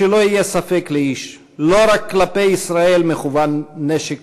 שלא יהיה ספק לאיש: לא רק כלפי ישראל מכוון נשק